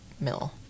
mill